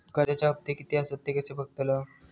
कर्जच्या हप्ते किती आसत ते कसे बगतलव?